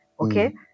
okay